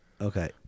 Okay